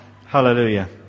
Hallelujah